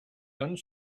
done